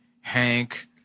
Hank